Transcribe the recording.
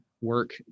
work